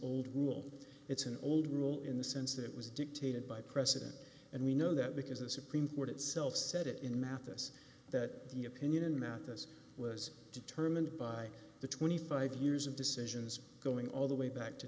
old rule it's an old rule in the sense that it was dictated by precedent and we know that because the supreme court itself said it in mathis that the opinion in math this was determined by the twenty five years of decisions going all the way back to